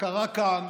שקרה כאן